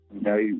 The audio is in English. no